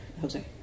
Jose